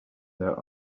their